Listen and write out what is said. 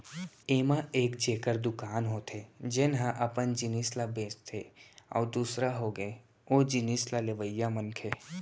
ऐमा एक जेखर दुकान होथे जेनहा अपन जिनिस ल बेंचथे अउ दूसर होगे ओ जिनिस ल लेवइया मनखे